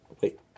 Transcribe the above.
wait